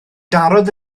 darodd